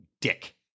Dick